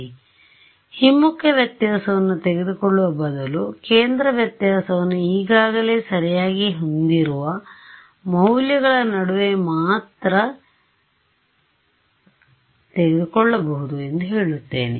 ಆದ್ದರಿಂದ ಹಿಮ್ಮುಖ ವ್ಯತ್ಯಾಸವನ್ನು ತೆಗೆದುಕೊಳ್ಳುವ ಬದಲು ಕೇಂದ್ರ ವ್ಯತ್ಯಾಸವನ್ನು ಈಗಾಗಲೇ ಸರಿಯಾಗಿ ಹೊಂದಿರುವ ಮೌಲ್ಯಗಳ ನಡುವೆ ಮಾತ್ರ ತೆಗೆದುಕೊಳ್ಳಬಹುದು ಎಂದು ಹೇಳುತ್ತೇನೆ